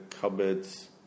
cupboards